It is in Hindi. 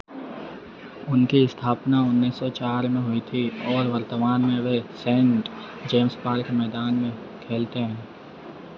उनकी स्थापना उन्नीस सौ चार में हुई थी और वर्तमान में वे सेंट जेम्स पार्क मैदान में खेलते हैं